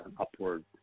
upward